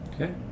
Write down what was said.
Okay